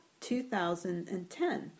2010